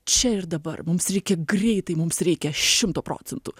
čia ir dabar mums reikia greitai mums reikia šimto procentų